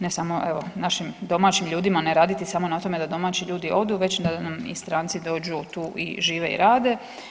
Ne samo evo našim domaćim ljudima, ne raditi samo na tome da domaći ljudi odu već da nam i stranici dođu tu i žive i rade.